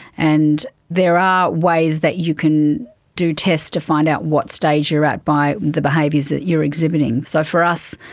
and there are ways that you can do tests to find out what stage you are at by the behaviours that you are exhibiting. so for us,